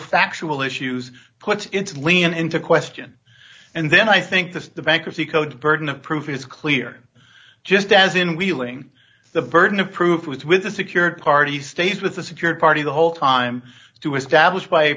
factual issues put into linen into question and then i think the the bankruptcy code burden of proof is clear just as in wheeling the burden of proof with with a secured party state with a secured party the whole time to establish by